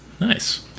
nice